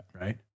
Right